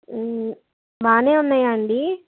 బాగానే ఉన్నాయా అండి